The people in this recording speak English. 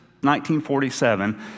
1947